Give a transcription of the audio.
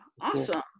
awesome